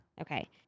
Okay